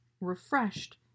refreshed